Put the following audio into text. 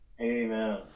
Amen